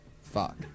Fuck